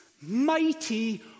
mighty